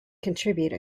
contribute